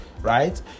right